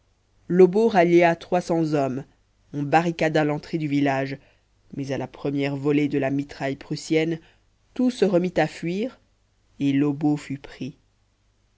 lobau rallia trois cents hommes on barricada l'entrée du village mais à la première volée de la mitraille prussienne tout se remit à fuir et lobau fut pris